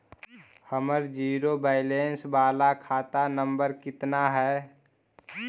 हमर zero balance बाला खाता नम्बर कितना है?